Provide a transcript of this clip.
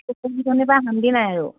শান্তি নাই আৰু